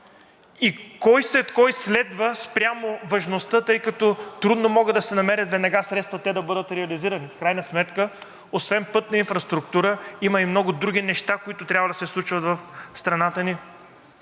и кой след кой следва спрямо важността, тъй като трудно могат да се намерят веднага средства те да бъдат реализирани. В крайна сметка освен пътна инфраструктура има и много други неща, които трябва да се случват в страната ни.